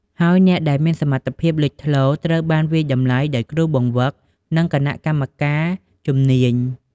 ហើយអ្នកដែលមានសមត្ថភាពលេចធ្លោ ត្រូវបានវាយតម្លៃដោយគ្រូបង្វឹក និងគណៈកម្មការជំនាញ។